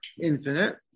infinite